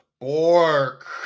BORK